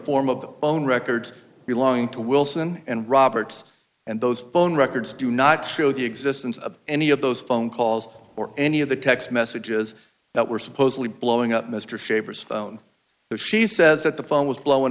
form of phone records belonging to wilson and roberts and those phone records do not show the existence of any of those phone calls or any of the text messages that were supposedly blowing up mr shavers phone but she says that the phone was blowing